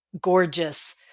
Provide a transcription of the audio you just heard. gorgeous